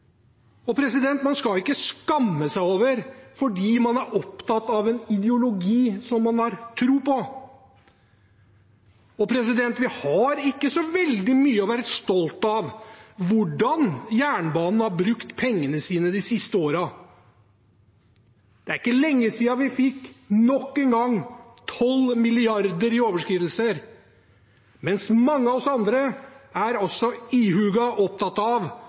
og man skal ikke skamme seg fordi man er opptatt av en ideologi som man har tro på. Vi har ikke så veldig mye å være stolte av når det gjelder hvordan jernbanen har brukt pengene sine de siste årene. Det er ikke lenge siden vi, nok en gang, fikk 12 mrd. kr i overskridelser. Men mange av oss andre er ihuga opptatt av